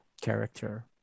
character